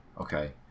Okay